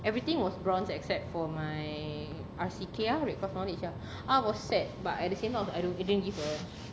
everything was bronze except for my R_C_K ah red cross knowledge ah I found it I was sad but at the same I didn't give a